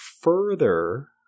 further